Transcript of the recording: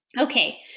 Okay